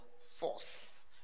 force